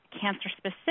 cancer-specific